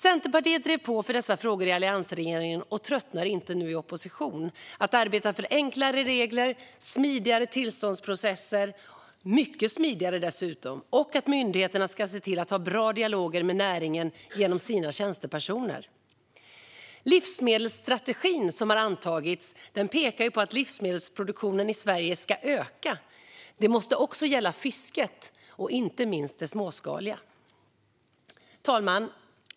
Centerpartiet drev på i dessa frågor i alliansregeringen och tröttnar inte nu i opposition på att arbeta för enklare regler, smidigare tillståndsprocesser, dessutom mycket smidigare, och att myndigheterna ska se till att ha bra dialoger med näringen genom sina tjänstepersoner. Livsmedelsstrategin som har antagits pekar på att livsmedelsproduktionen i Sverige ska öka. Det måste också gälla fisket, inte minst det småskaliga. Fru talman!